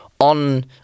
on